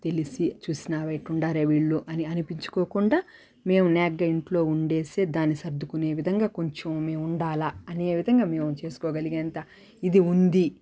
తెలిసి చూసినావే ఇట్టుండారే వీళ్ళు అనే అని అనిపించుకోకుండా మేము న్యాక్గా ఇంట్లో ఉండేసే దాన్ని సర్దుకునేవిధంగా కొంచం మేం ఉండాలా అనేవిధంగా మేం చేసుకోగలిగేంత ఇది ఉంది